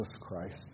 Christ